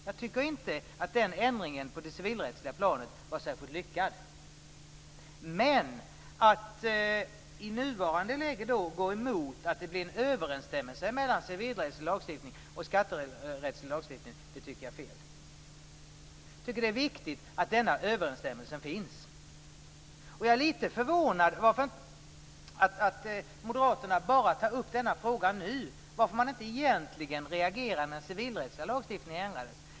Jag tycker inte att den ändringen på det civilrättsliga planet var särskilt lyckad, men att i nuvarande läge gå emot att det blir en överensstämmelse mellan civilrättslig lagstiftning och skatterättslig lagstiftning tycker jag är fel. Jag tycker att det är viktigt att denna överensstämmelse finns. Och jag är lite förvånad över att moderaterna bara tar upp denna fråga nu och att de inte egentligen reagerade när den civilrättsliga lagstiftningen ändrades.